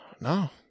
no